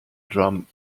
drum